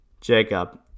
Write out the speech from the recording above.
Jacob